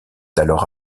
alors